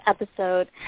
episode